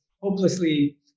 hopelessly